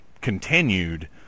continued